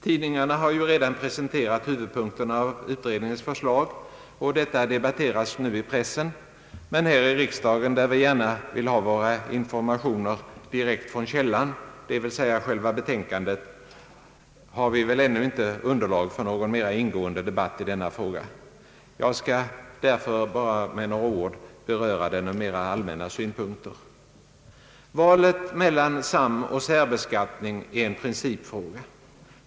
Tidningarna har redan presenterat huvudpunkterna av utredningens förslag, och det debatteras nu i pressen. Men här i riksdagen, där vi gärna vill ha våra informationer direkt från källan, dvs. själva betänkandet, har vi väl ännu inte underlag för någon mer ingående debatt i frågan. Jag skall därför bara med några ord beröra den ur mer allmänna synpunkter. Valet mellan samoch särbeskattning är en principfråga.